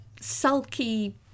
sulky